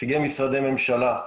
נציגי משרדי ממשלה,